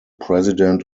president